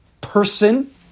person